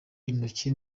intoki